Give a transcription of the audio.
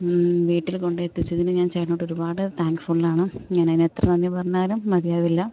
വീട്ടിൽ കൊണ്ടെത്തിച്ചതിന് ഞാൻ ചേട്ടനോടൊരുപാട് താങ്ക് ഫുള്ളാണ് ഞാനതിന് എത്ര നന്ദി പറഞ്ഞാലും മതിയാവില്ല